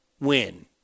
win